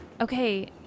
okay